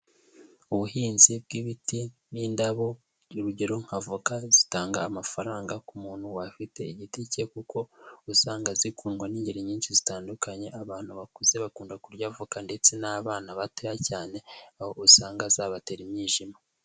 Ubuhinzi bw'ibiti n'indabo, urugero nka avoka zitanga amafaranga ku muntu afite igiti cye kuko usanga zikundwa n'ingeri nyinshi zitandukanye, abantu bakuze bakunda kurya avoka ndetse n'abana batoya cyane, aho usanga zabatera imyijima.